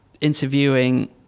interviewing